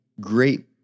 great